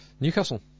Newcastle